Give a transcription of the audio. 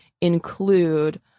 include